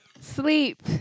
Sleep